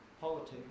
politics